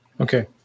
Okay